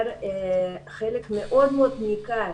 חלק מאוד ניכר